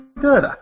good